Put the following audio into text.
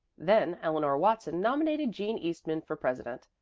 then eleanor watson nominated jean eastman for president.